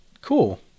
Cool